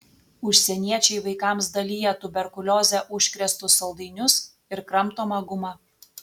užsieniečiai vaikams dalija tuberkulioze užkrėstus saldainius ir kramtomą gumą